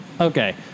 Okay